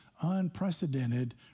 unprecedented